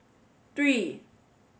three